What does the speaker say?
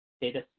Data